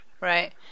right